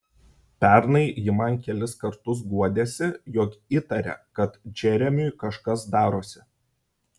pernai ji man kelis kartus guodėsi jog įtaria kad džeremiui kažkas darosi